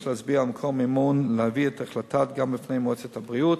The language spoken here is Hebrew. להצביע על מקור מימון ולהביא את ההחלטה גם בפני מועצת הבריאות.